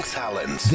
talent